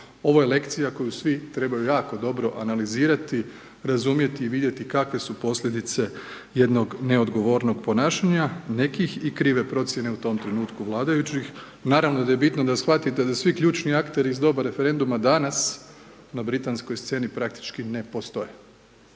Ovo je lekcija, koju svi trebaju jako dobro analizirati, razumjeti i vidjeti kakve su posljedice jednog neodgovornog ponašanja nekih i krive procjene u tom trenutku vladajućih. Naravno da je bitno da shvatite da svi ključni akteri iz doba referenduma danas, na britanskoj sceni praktički ne postoje,